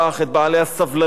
את בעלי הסבלנות.